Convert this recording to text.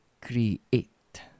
create